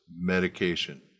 medication